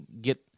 get